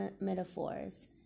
metaphors